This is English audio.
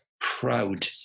proud